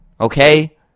Okay